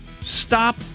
Stop